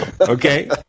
Okay